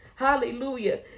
Hallelujah